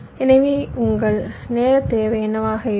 எனவே உங்கள் நேரத் தேவை என்னவாக இருக்கும்